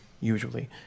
usually